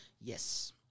yes